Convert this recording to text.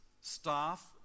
staff